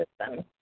system